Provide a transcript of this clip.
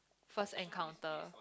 first encounter